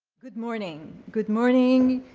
good morning. good morning,